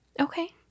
Okay